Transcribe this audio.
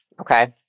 okay